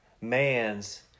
man's